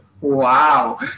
wow